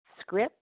script